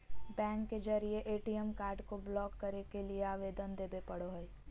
bank के जरिए ATM card को ब्लॉक करे के लिए आवेदन देबे पड़ो हइ